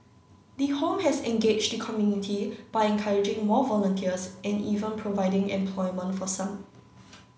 the home has engaged the community by encouraging more volunteers and even providing employment for some